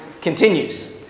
continues